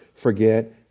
Forget